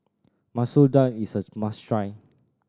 Masoor Dal is a must try